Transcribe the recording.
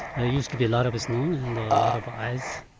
ah used to be a lot of snow and a lot of ice,